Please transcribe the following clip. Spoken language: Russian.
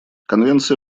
конвенция